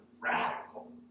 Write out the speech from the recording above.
radical